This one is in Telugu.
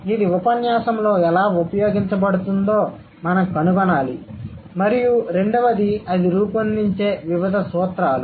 ఇది ఉపన్యాసంలో ఎలా ఉపయోగించబడుతుందో మనం కనుగొనాలి మరియు రెండవది అది రూపొందించే వివిధ సూత్రాలు